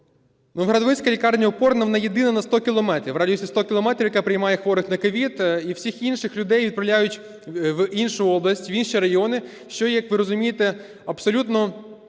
Новоград-Волинська лікарня опорна, вона єдина на 100 кілометрів, в радіусі 100 кілометрів, яка приймає хворих на COVID. І всіх інших людей відправляють в іншу область, в інші райони, що, як ви розумієте, є абсолютно незручним,